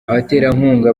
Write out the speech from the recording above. abaterankunga